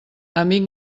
amic